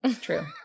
True